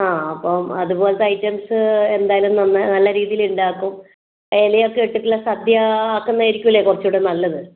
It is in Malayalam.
ആ അപ്പോൾ അത് പോലത്തെ ഐറ്റംസ് എന്തായാലും നല്ല രീതിയിൽ ഉണ്ടാക്കും ഇല ഒക്കെ ഇട്ടിട്ട് ഉള്ള സദ്യ ആക്കുന്നത് ആയിരിക്കൂല്ലേ കുറച്ച് കൂടെ നല്ലത്